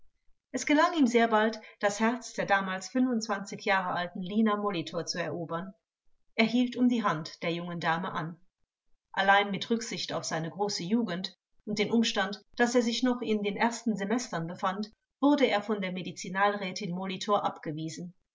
es gelang ihm sehr bald das herz der damals fünfundzwanzig jahre alten lina molitor zu erobern er hielt um die hand der jungen dame an allein mit rücksicht auf seine große jugend und den umstand daß er sich noch in den ersten semestern befand wurde er von der medizinalrätin molitor abgewiesen